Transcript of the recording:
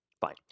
fine